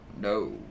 no